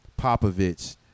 Popovich